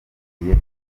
ukwe